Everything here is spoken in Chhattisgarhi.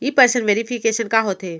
इन पर्सन वेरिफिकेशन का होथे?